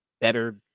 better